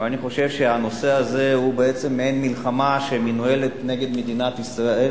ואני חושב שהנושא הזה הוא בעצם מעין מלחמה שמנוהלת נגד מדינת ישראל